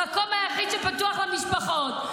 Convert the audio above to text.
תסתכלי על --- המקום היחיד שפתוח למשפחות,